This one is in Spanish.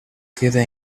queda